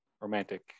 romantic